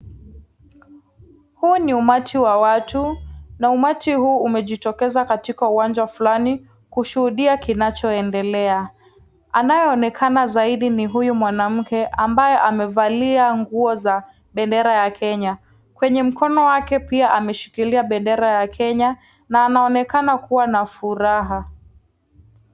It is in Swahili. Huu ni umati wa watu na umati huu umejitokeza katika uwanja fulani kushuhudia kinachoendela. Anayeonekana zaidi ni huyu mwanamke ambaye amevalia nguo zenye bendera ya Kenya. Kwenye mkono wake pia ameshikilia bendera ya Kenya na anaonekana kuwa na furaha.